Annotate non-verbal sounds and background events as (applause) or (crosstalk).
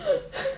(laughs)